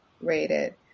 Rated